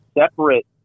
separate